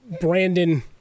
brandon